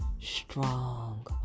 strong